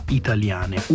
italiane